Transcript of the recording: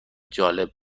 جالب